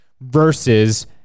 versus